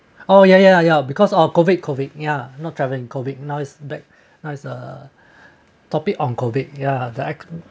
oh ya ya ya because of COVID COVID yeah not travelling COVID now is back now is the topic on COVID ya the